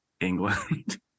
England